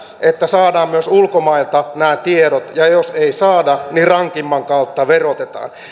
että saadaan myös ulkomailta nämä tiedot ja jos ei saada niin rankimman kautta verotetaan